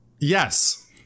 Yes